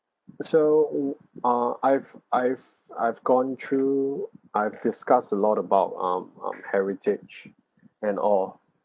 so ah I've I've I've gone through I've discussed a lot about um um heritage and all